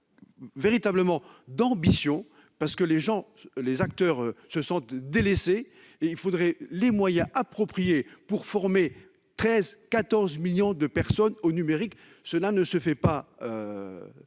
et d'ambitions. Les acteurs se sentent délaissés. Il faudrait des moyens appropriés pour former 13 à 14 millions de personnes au numérique. Cela ne se fait certes